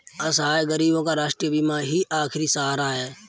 असहाय गरीबों का राष्ट्रीय बीमा ही आखिरी सहारा है